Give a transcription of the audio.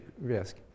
risk